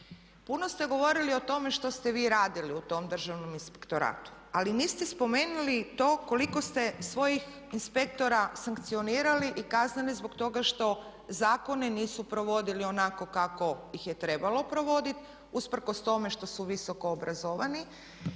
Puno ste govorili o tome što ste vi radili u tom Državnom inspektoratu, ali niste spomenuli to koliko ste svojih inspektora sankcionirali i kaznili zbog toga što zakone nisu provodili onako kako ih je trebalo provoditi usprkos tome što su visoko obrazovani.